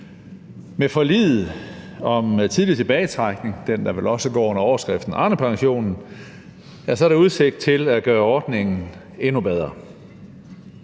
Med forliget om tidlig tilbagetrækning – den, der vel også går under overskriften Arnepensionen – er der udsigt til at gøre ordningen endnu bedre.